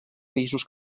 països